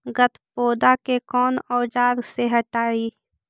गत्पोदा के कौन औजार से हटायी?